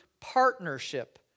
partnership